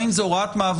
גם אם זאת הוראת מעבר,